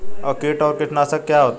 कीट और कीटनाशक क्या होते हैं?